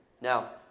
Now